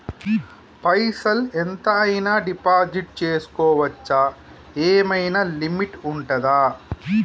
పైసల్ ఎంత అయినా డిపాజిట్ చేస్కోవచ్చా? ఏమైనా లిమిట్ ఉంటదా?